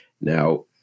Now